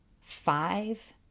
five